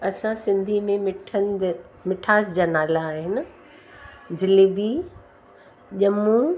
असांजे सिंधियुनि में मिठनि जे मिठास जा नाला आहिनि जिलेबी ॼमूं